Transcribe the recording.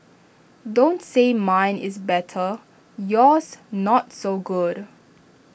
don't say mine is better yours not so good